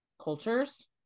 cultures